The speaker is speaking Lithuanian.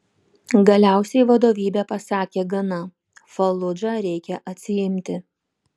galiausiai vadovybė pasakė gana faludžą reikia atsiimti